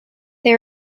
they